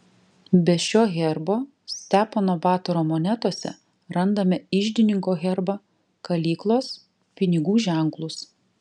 be šio herbo stepono batoro monetose randame iždininko herbą kalyklos pinigų ženklus